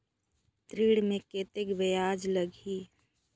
ऋण मे कतेक ब्याज लगही?